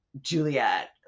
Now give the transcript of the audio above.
Juliet